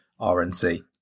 RNC